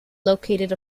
located